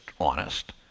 honest